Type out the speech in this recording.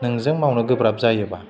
नोंजों मावनो गोब्राब जायोबा